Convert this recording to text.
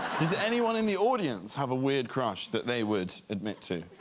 does anyone in the audience have a weird crush that they would admit to?